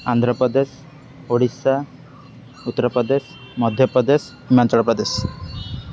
Andhra Pradesh Odisha Uttar Pradesh Madhya Pradesh Himachal Pradesh